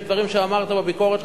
יש דברים שאמרת בביקורת שלך,